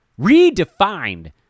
Redefined